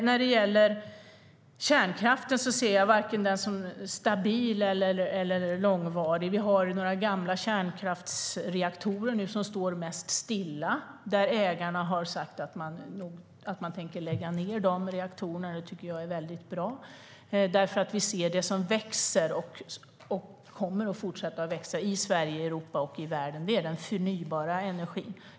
När det gäller kärnkraften ser jag den varken som stabil eller långvarig. Vi har några gamla kärnkraftsreaktorer som mest står stilla. Ägarna har sagt att de tänker lägga ned de reaktorerna. Det tycker jag är väldigt bra. Vi ser att det som växer och kommer att fortsätta att växa i Sverige, Europa och världen är den förnybara energin.